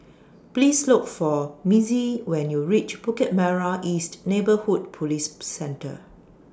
Please Look For Mitzi when YOU REACH Bukit Merah East Neighbourhood Police Centre